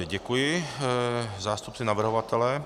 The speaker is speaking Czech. Děkuji zástupci navrhovatele.